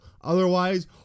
Otherwise